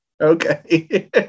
Okay